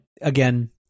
again